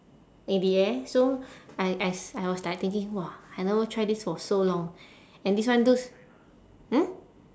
in the air so I as I was like thinking !wah! I never try this for so long and this one looks hmm